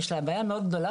יש להם בעיה מאוד גדולה,